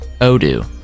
Odoo